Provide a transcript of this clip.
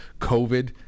COVID